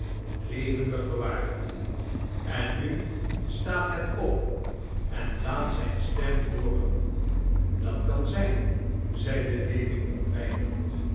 levendig bewaard en nu staat het op en laat zijn stem hooren dat kan zijn zeide lewin ontwijkend